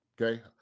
Okay